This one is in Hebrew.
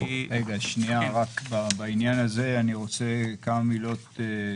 שנייה בעניין הזה, אני רוצה כמה מילים.